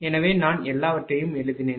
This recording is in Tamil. எனவே நான் எல்லாவற்றையும் எழுதினேன்